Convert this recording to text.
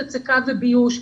הצקה וביוש,